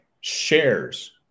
shares